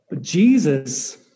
Jesus